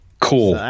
cool